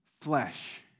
flesh